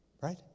Right